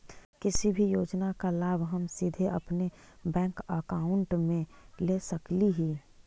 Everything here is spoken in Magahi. किसी भी योजना का लाभ हम सीधे अपने बैंक अकाउंट में ले सकली ही?